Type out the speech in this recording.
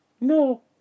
No